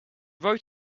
wrote